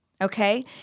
okay